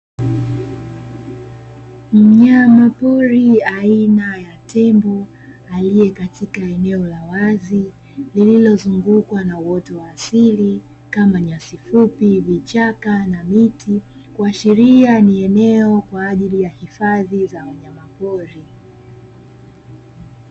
Mnyama pori aina ya Tembo, alie katika eneo la wazi lililozungukwa na uoto wa asili kama: nyasi fupi, vichaka na miti, kuashiria ni eneo kwa ajili ya hifadhi ya wanyama pori.